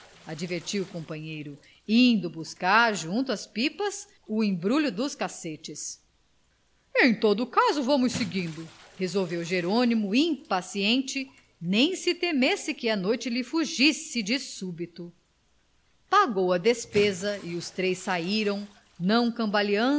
advertiu o companheiro indo buscar junto às pipas o embrulho dos cacetes em todo o caso vamos seguindo resolveu jerônimo impaciente nem se temesse que a noite lhe fugisse de súbito pagou a despesa e os três saíram não cambaleando